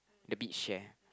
the beach chair